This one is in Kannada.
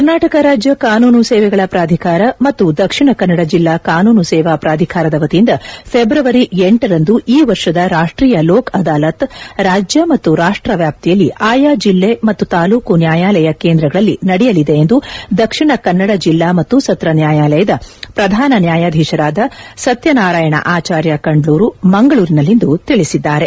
ಕರ್ನಾಟಕ ರಾಜ್ಯ ಕಾನೂನು ಸೇವೆಗಳ ಪ್ರಾಧಿಕಾರ ಮತ್ತು ದಕ್ಷಿಣ ಕನ್ನಡ ಜಿಲ್ಲಾ ಕಾನೂನು ಸೇವಾ ಪ್ರಾಧಿಕಾರದ ವತಿಯಿಂದ ಫೆಬ್ರವರಿ ಲರಂದು ಈ ವರ್ಷದ ರಾಷ್ಟೀಯ ಲೋಕ ಅದಾಲತ್ ರಾಜ್ಯ ಮತ್ತು ರಾಷ್ಟ್ರ ವ್ಯಾಪ್ತಿಯಲ್ಲಿ ಆಯಾ ಜಿಲ್ಲೆ ಮತ್ತು ತಾಲೂಕು ನ್ಯಾಯಾಲಯ ಕೇಂದ್ರಗಳಲ್ಲಿ ನಡೆಯಲಿದೆ ಎಂದು ದಕ್ಷಿಣ ಕನ್ನಡ ಜಿಲ್ಲಾ ಮತ್ತು ಸತ್ರ ನ್ಯಾಯಾಲಯದ ಪ್ರಧಾನ ನ್ಯಾಯಾಧೀಶರಾದ ಸತ್ಯನಾರಾಯಣ ಆಚಾರ್ಯ ಕಂಡ್ಲೂರು ಮಂಗಳೂರಿನಲ್ಲಿಂದು ತಿಳಿಸಿದ್ದಾರೆ